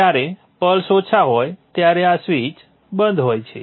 જ્યારે પલ્સ ઓછા હોય ત્યારે આ સ્વીચ બંધ હોય છે